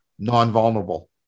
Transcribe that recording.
non-vulnerable